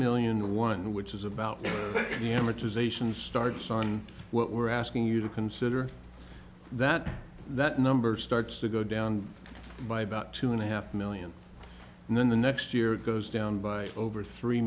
million one which is about the amortization starts on what we're asking you to consider that that number starts to go down by about two and a half million and then the next year it goes down by over three